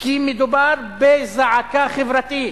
כי מדובר בזעקה חברתית